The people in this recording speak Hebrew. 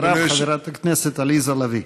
אחריו, חברת הכנסת עליזה לביא.